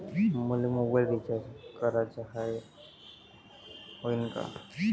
मले mobile recharge कराचा हाय, होईनं का?